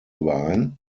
überein